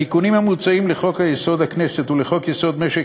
התיקונים המוצעים לחוק-יסוד: הכנסת ולחוק-יסוד: משק